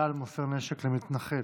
חייל מוסר נשק למתנחל.